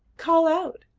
call out,